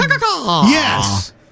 Yes